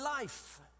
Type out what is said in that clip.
life